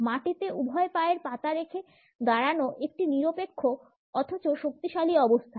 মাটিতে উভয় পায়ের পাতা রেখে দাঁড়ানো একটি নিরপেক্ষ অথচ শক্তিশালী অবস্থান